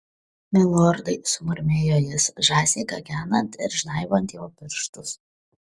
milordai sumurmėjo jis žąsiai gagenant ir žnaibant jo pirštus